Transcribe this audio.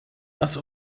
das